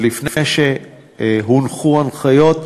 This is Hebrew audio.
עוד לפני שהונחו הנחיות,